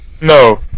No